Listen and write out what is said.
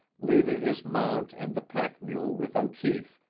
leaving his mount and the pack mule with o'keefe,